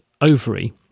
ovary